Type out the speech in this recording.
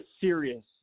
serious